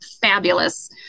fabulous